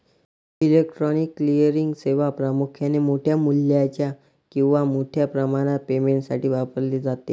electronic clearing सेवा प्रामुख्याने मोठ्या मूल्याच्या किंवा मोठ्या प्रमाणात पेमेंटसाठी वापरली जाते